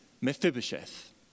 Mephibosheth